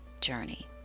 journey